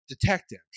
detectives